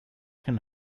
can